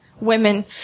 women